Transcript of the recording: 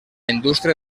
indústria